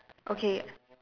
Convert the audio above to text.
okay